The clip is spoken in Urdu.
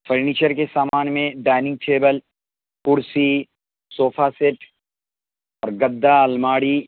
فرنیچر کے سامان میں ڈائننگ ٹیبل کرسی صوفہ سیٹ اور گدا الماری